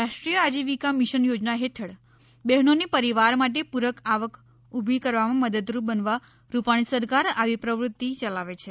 રાષ્ટ્રીય આજીવિકા મિશન યોજના હેઠળ બહેનોને પરિવાર માટે પૂરક આવક ઊભી કરવામાં મદદરૂપ બનવા રૂપાણી સરકાર આવી પ્રવૃતિ ચલાવે છે